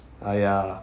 !aiya!